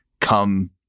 come